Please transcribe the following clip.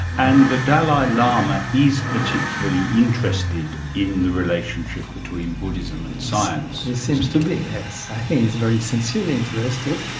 and the dalai lama is particularly interested in the relationship between buddhism and science. he seems to be, yes. i think he's very sincerely interested.